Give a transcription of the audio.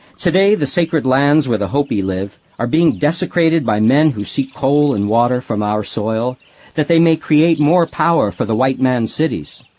today the sacred lands where the hopi live are being desecrated by men who seek coal and water from our soil that they may create more power for the white man's cities.